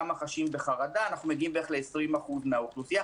כמה חשים בחרדה ואנחנו מגיעים בערך ל-20% מהאוכלוסייה.